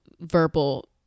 verbal